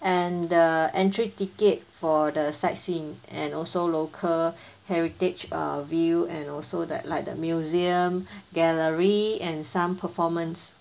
and the entry ticket for the sightseeing and also local heritage err view and also that like the museum gallery and some performance